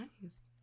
nice